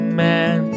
man